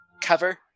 cover